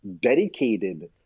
dedicated